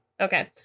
Okay